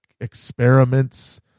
experiments